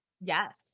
Yes